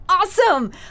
awesome